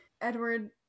Edward